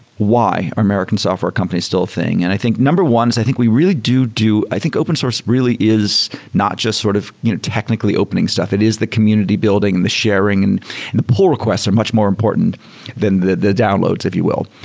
why are american software companies still a thing? and i think number one is i think we really do do i think open source really is not just sort of you know technically opening stuff. it is the community building and the sharing and the poll requests are much more important than the the downloads, if you will.